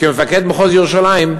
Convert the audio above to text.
כמפקד מחוז ירושלים,